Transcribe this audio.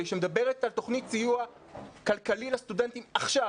שמדברת על תוכנית סיוע כלכלי לסטודנטים עכשיו,